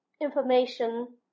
information